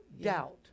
doubt